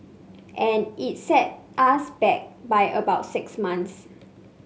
and it set us back by about six months